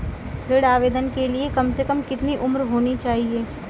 ऋण आवेदन के लिए कम से कम कितनी उम्र होनी चाहिए?